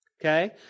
okay